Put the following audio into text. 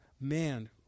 man